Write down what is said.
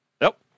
Nope